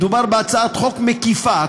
מדובר בהצעת חוק מקיפה,